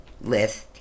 list